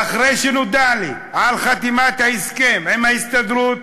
ואחרי שנודע לי על חתימת ההסכם עם ההסתדרות,